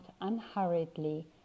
unhurriedly